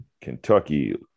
Kentucky